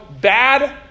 bad